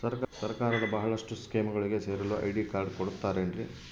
ಸರ್ಕಾರದ ಬಹಳಷ್ಟು ಸ್ಕೇಮುಗಳಿಗೆ ಸೇರಲು ಐ.ಡಿ ಕಾರ್ಡ್ ಕೊಡುತ್ತಾರೇನ್ರಿ?